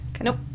Nope